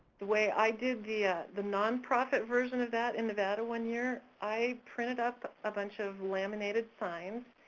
the way i did the ah the nonprofit version of that in nevada one year, i printed up a bunch of laminated signs,